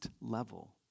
level